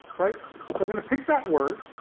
right? so i'm gonna pick that word,